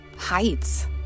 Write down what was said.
heights